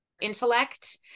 intellect